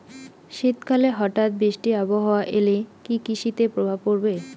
শীত কালে হঠাৎ বৃষ্টি আবহাওয়া এলে কি কৃষি তে প্রভাব পড়বে?